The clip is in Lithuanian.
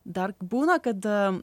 dar būna kad